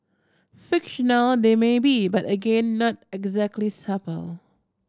fictional they may be but again not exactly